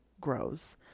grows